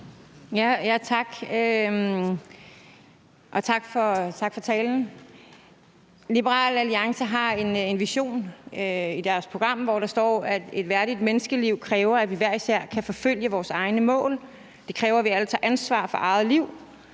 (S): Tak, og tak for talen. Liberal Alliance har en vision i deres program, hvor der står, at det at have et værdigt menneskeliv kræver, at vi hver især kan forfølge vores egne mål. Det kræver, at vi alle tager ansvar for eget liv